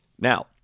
Now